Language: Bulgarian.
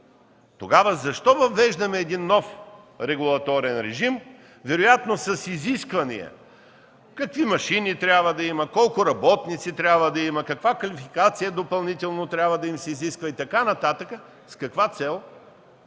Тогава защо въвеждаме един нов регулаторен режим, вероятно с изисквания какви машини трябва да има, колко работници трябва да има, каква квалификация допълнително трябва да им се изисква и така нататък? С каква цел?